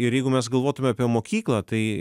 ir jeigu mes galvotume apie mokyklą tai